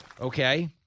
okay